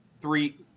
three